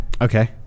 Okay